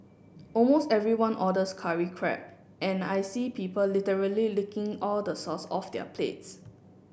almost everyone orders curry crab and I see people literally licking all the sauce off their plates